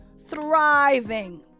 thriving